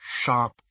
sharp